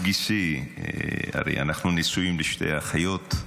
הוא גיסי, הרי אנחנו נשואים לשתי אחיות.